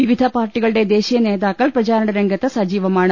വിവിധ പാർട്ടികളുടെ ദേശീയ നേതാക്കൾ പ്രചാരണ രംഗത്ത് സജീവമാണ്